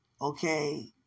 okay